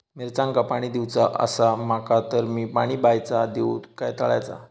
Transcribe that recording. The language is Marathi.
मिरचांका पाणी दिवचा आसा माका तर मी पाणी बायचा दिव काय तळ्याचा?